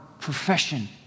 profession